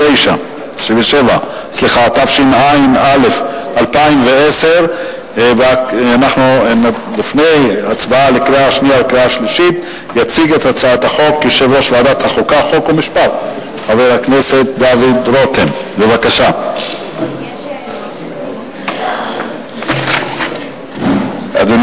27), התשע"א 2010. לפני